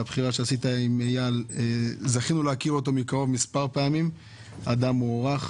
בבחירה שעשית עם אייל זכינו להכיר אותו מקרוב מספר פעמים: אדם מוערך,